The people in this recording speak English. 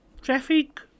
traffic